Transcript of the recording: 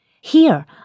Here